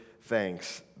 thanks